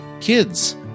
kids